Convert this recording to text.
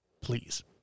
please